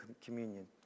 communion